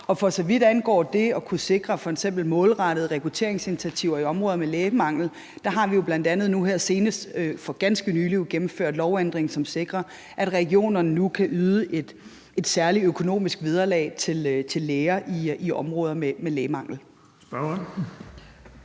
os. For så vidt angår det at kunne sikre f.eks. målrettede rekrutteringsinitiativer i områder med lægemangel, har vi jo bl.a. nu her senest for ganske nylig gennemført en lovændring, som sikrer, at regionerne nu kan yde et særligt økonomisk vederlag til læger i områder med lægemangel.